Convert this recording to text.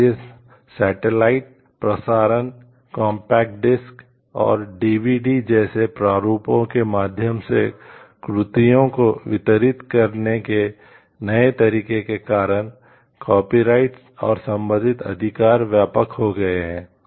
इसलिए सैटेलाइट और संबंधित अधिकार व्यापक हो गए हैं